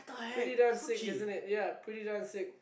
pretty darn sick isn't it ya pretty darn sick